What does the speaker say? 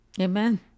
Amen